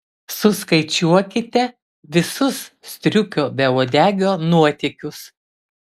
suskaičiuokite visus striukio beuodegio nuotykius